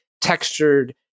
textured